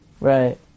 Right